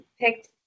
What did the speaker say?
picked